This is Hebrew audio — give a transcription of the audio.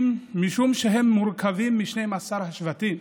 משום שהם מורכבים מ-12 השבטים,